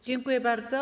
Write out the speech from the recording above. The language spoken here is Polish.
Dziękuję bardzo.